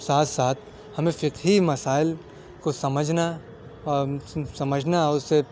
ساتھ ساتھ ہمیں فقہی مسائل کو سمجھنا اور سمجھنا اسے